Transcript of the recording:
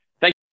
thank